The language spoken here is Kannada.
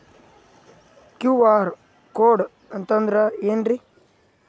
ಕ್ಯೂ.ಆರ್ ಕೋಡ್ ಅಂತಂದ್ರ ಏನ್ರೀ?